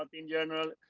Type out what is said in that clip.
um in general.